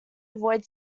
avoid